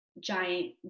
giant